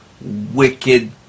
wicked